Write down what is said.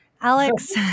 Alex